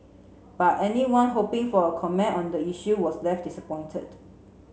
but anyone hoping for a comment on the issue was left disappointed